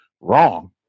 wrong